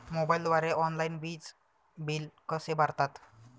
मोबाईलद्वारे ऑनलाईन वीज बिल कसे भरतात?